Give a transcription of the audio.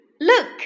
Look